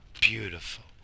beautiful